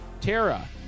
Tara